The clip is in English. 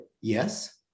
yes